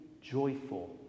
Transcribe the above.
joyful